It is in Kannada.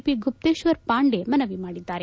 ಪಿ ಗುಪ್ತೇಶ್ವರ್ ಪಾಂಡೆ ಮನವಿ ಮಾಡಿದ್ದಾರೆ